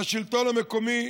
והשלטון המקומי,